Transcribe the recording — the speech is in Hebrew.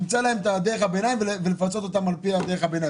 תמצא להן את דרך הביניים ולפצות אותן על פי דרך הביניים.